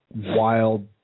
wild